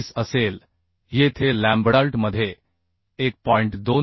21असेल येथे लॅम्बडाLt मध्ये 1